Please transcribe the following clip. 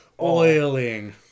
oiling